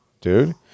dude